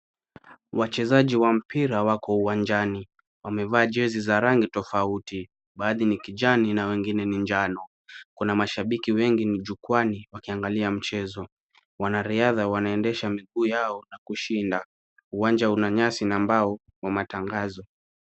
Wachezaji wa mpira wako uwanjani, wamevaa jezi za rangi tofauti, baadhi ni kijani na wengine ni njano. Kuna mashabiki wengi jukwaani wakiangalia mchezo. Wanariadha wanaendesha miguu yao na kushinda, uwanja una nyasi na mbao wa matangazo.